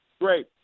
Great